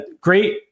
Great